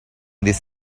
this